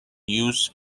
use